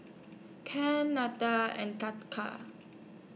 and